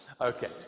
Okay